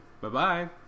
Bye-bye